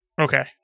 Okay